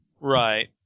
Right